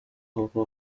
kuko